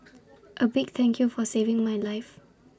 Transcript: A big thank you for saving my life